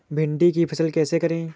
भिंडी की फसल कैसे करें?